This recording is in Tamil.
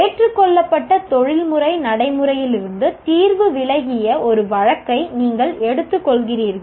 ஏற்றுக்கொள்ளப்பட்ட தொழில்முறை நடைமுறையிலிருந்து தீர்வு விலகிய ஒரு வழக்கை நீங்கள் எடுத்துக்கொள்கிறீர்கள்